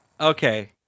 Okay